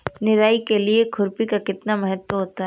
निराई के लिए खुरपी का कितना महत्व होता है?